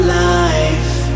life